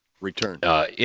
return